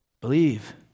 Believe